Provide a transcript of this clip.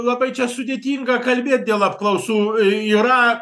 labai čia sudėtinga kalbėt dėl apklausų e yra